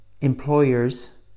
employers